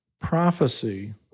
prophecy